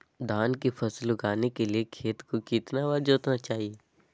धान की फसल उगाने के लिए खेत को कितने बार जोतना चाइए?